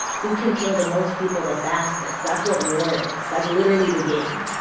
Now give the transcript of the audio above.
who can kill the most people the fastest? that's what war is. that's literally the game